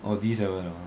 orh D seven